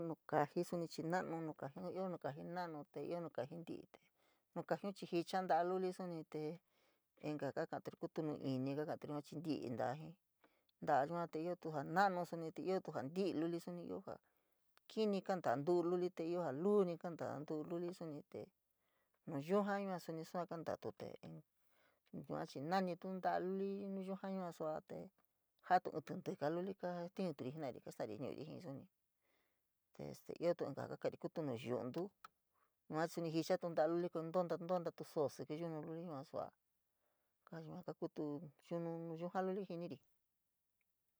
Nuu kaaji suni chii na’anu, nukaji na’anu te ioo nu kaji nti’í te, nu kajiun chii jicha nta’a luli suni. Tee inka ka kaaturi nu ini, kakaturi jiíí chii ntiíí ta’a jin ta’a jin ta’a yua chii iotu, jaa na’anu suni, te iootu jaa ti’iíí luli suni ioo jaa, kiñi kantaa ntu’u luli, te ioo ni luu kantaá ntuululi suni, tee nuu yuuja suni sua kantaatu tee yua chii naani ta’a luli jii nu yuja yua suaa te, jaa ín tíntíka luli te kaa jatiunturi jenari te kasts’ari ñu’uri jii suni, te ioo inka jaa kakari kutu ñuyu’untu soo síkí yunu luli yua sua’a, ka yua kakutu yunu nu yuja.